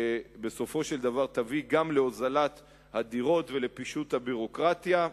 שבסופו של דבר תביא גם להוזלת הדירות ולפישוט הביורוקרטיה.